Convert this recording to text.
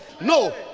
no